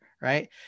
right